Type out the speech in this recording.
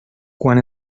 quan